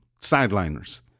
sideliners